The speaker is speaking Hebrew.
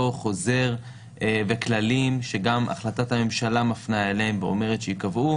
חוזר בכללים שגם החלטת הממשלה מפנה אליהם ואומרת שייקבע,